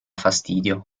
fastidio